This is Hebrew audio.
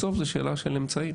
בסוף זאת שאלה של אמצעים.